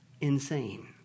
insane